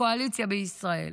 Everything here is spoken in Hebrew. הקואליציה בישראל,